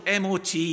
MOT